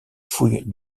fouille